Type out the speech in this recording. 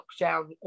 lockdown